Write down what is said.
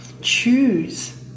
choose